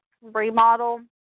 remodel